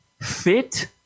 fit